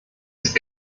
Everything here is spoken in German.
ist